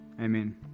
Amen